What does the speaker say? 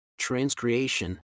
transcreation